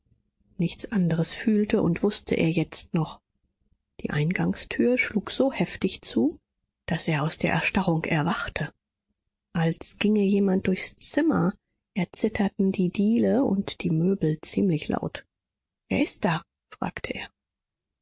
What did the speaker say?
nichts andres fühlte und wußte er jetzt noch die eingangstür schlug so heftig zu daß er aus der erstarrung erwachte als ginge jemand durchs zimmer erzitterten die diele und die möbel ziemlich laut wer ist da fragte er